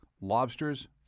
lobsters